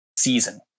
season